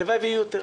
הלוואי ויהיו יותר.